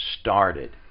started